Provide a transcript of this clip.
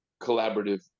collaborative